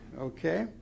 Okay